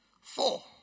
Four